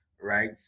right